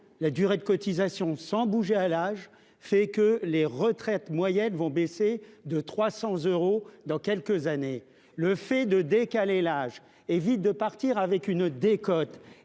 la durée de cotisation sans bouger à l'âge fait que les retraites moyennes vont baisser de 300 euros dans quelques années, le fait de décaler l'âge évite de partir avec une décote